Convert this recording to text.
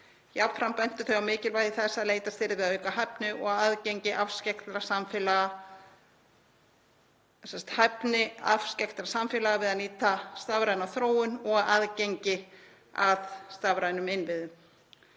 Jafnframt bentu þau á mikilvægi þess að leitast yrði við að auka hæfni afskekktra samfélaga við að nýta stafræna þróun og aðgengi að stafrænum innviðum.